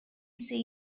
say